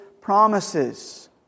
promises